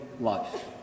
life